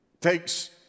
takes